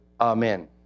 Amen